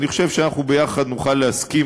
אני חושב שאנחנו ביחד נוכל להסכים,